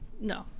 No